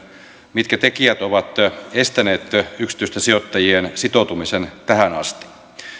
mitkä tekijät ovat estäneet yksityisten sijoittajien sitoutumisen tähän asti